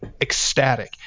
ecstatic